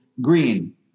green